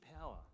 power